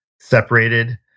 separated